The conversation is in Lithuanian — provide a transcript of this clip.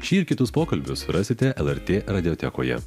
šį ir kitus pokalbius surasite el er tė radijotekoje